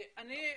ברשותכם,